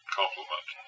complement